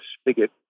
spigot